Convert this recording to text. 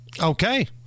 okay